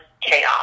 chaos